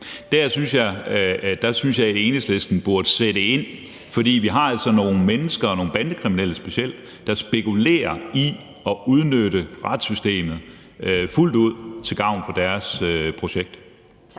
Der synes jeg, at Enhedslisten burde sætte ind. For vi har altså nogle mennesker, specielt nogle bandekriminelle, der spekulerer i at udnytte retssystemet fuldt ud til gavn for deres projekt.